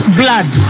blood